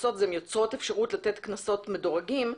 שיוצרות אפשרות לתת קנסות מדורגים,